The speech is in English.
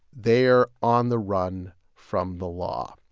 they're on the run from the law.